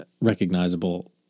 recognizable